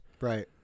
Right